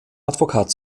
advokat